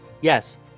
yes